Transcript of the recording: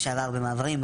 לשעבר במעברים,